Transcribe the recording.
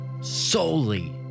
solely